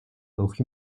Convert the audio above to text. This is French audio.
rue